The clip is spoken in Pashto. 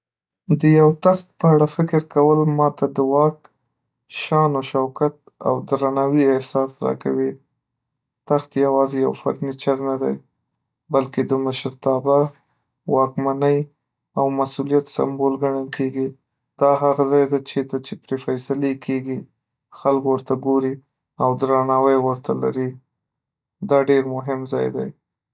د یو تخت په اړه فکر کول ماته د واک، شان و شوکت او درناوي احساس راکوي. تخت یوازې یو فرنيچر نه دی، بلکې د مشرتابه، واکمنۍ او مسؤلیت سمبول ګڼل کېږي. دا هغه ځای دی چیرته چې پرې فیصلې کېږي، خلک ورته ګوري، او درناوی ورته لري دا ډیر مهم ځای دی.